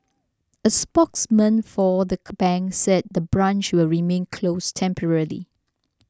a spokesman for the bank said the branch will remain closed temporarily